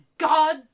God